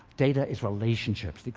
data is relationships.